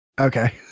Okay